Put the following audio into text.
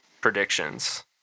predictions